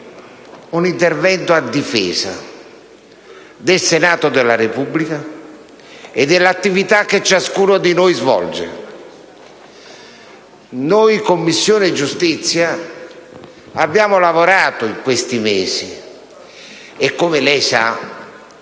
un intervento a difesa del Senato della Repubblica e dell’attivita` che ciascuno di noi svolge. Noi in Commissione giustizia abbiamo lavorato in questi mesi e, come lei sa,